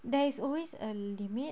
there is always a limit